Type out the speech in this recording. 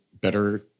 better